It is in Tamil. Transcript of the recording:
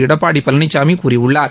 எடப்பாடி பழனிசாமி கூறியுள்ளார்